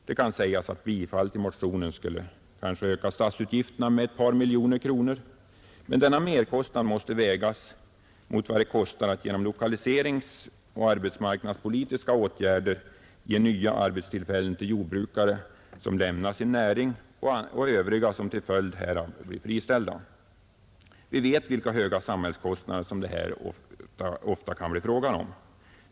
Det kan sägas att bifall till motionen skulle öka statsutgifterna med ett par miljoner kronor per år. Men denna merkostnad måste vägas mot vad det kostar att genom lokaliseringsoch arbetsmarknadspolitiska åtgärder ge nya arbetstillfällen till jordbrukare som lämnar sin näring och övriga som till följd härav blir friställda. Vi vet vilka höga samhällskostnader som det här ofta kan bli fråga om.